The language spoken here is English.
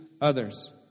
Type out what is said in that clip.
others